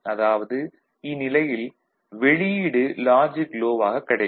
அதாவது இந்நிலையில் வெளியீடு லாஜிக் லோ வாகக் கிடைக்கும்